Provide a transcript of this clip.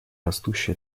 растущая